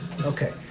Okay